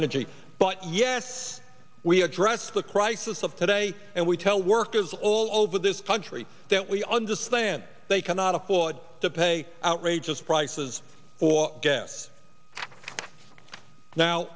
energy but yet we address the crisis of today and we tell workers all over this country that we understand they cannot afford to pay outrageous prices or gas now